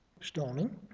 Stoning